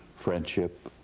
friendship,